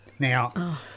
Now